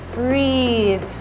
breathe